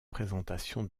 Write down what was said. présentation